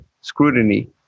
scrutiny